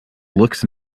looks